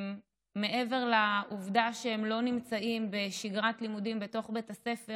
מעבר לעובדה שהם לא נמצאים בשגרת לימודים בתוך בית הספר,